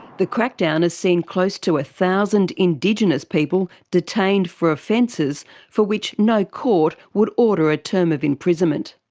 the crackdown has seen close to a thousand indigenous people detained for offences for which no court would order a term of imprisonment.